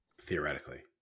theoretically